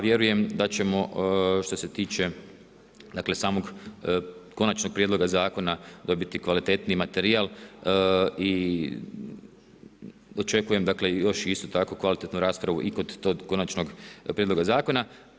Vjerujem da ćemo što se tiče samog konačnog prijedloga zakona dobiti kvalitetniji materijal i očekujem još isto tako kvalitetnu raspravu i kod tog konačnog prijedloga zakona.